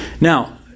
Now